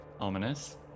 Ominous